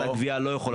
וחברת הגבייה לא.